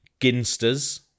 Ginster's